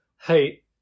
hey